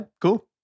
cool